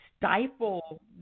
stifle